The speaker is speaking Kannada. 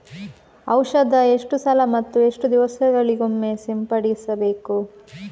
ಔಷಧ ಎಷ್ಟು ಸಲ ಮತ್ತು ಎಷ್ಟು ದಿವಸಗಳಿಗೊಮ್ಮೆ ಸಿಂಪಡಿಸಬೇಕು?